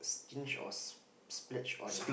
stinge or splurge on